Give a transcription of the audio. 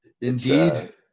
Indeed